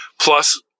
plus